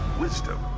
wisdom